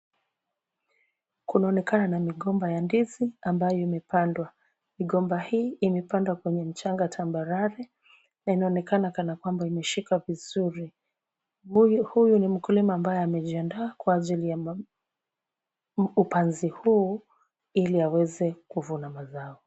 Kunaonekana na migomba ya ndizi ambayo imepandwa. Migomba hii imepandwa kwenye mchanga tambarare na inaonekana kana kwamba imeshika vizuri. Huyu ni mkulima ambaye amejiandaa kwa ajili ya upanzi huu ili aweze kuvuna mazao.